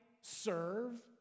serve